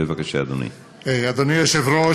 אדוני היושב-ראש,